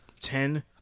ten